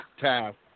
task